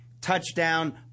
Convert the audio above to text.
touchdown